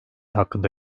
hakkında